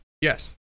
yes